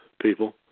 people